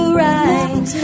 right